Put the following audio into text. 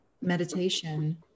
meditation